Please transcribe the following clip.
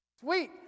Sweet